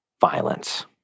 violence